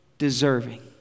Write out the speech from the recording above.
Deserving